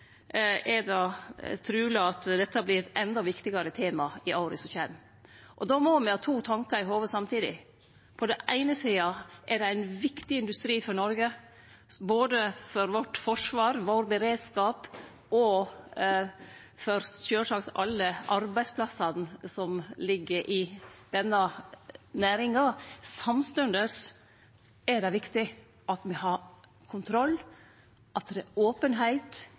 er det truleg at dette vert eit endå viktigare tema i åra som kjem. Då må me ha to tankar i hovudet samtidig. På den eine sida er det ein viktig industri for Noreg, både for forsvaret vårt, for beredskapen vår og sjølvsagt for alle arbeidsplassane som ligg i denne næringa. Samstundes er det viktig at me har kontroll, at det er openheit